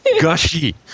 gushy